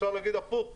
אפשר להגיד הפוך,